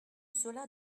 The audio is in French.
cela